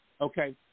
Okay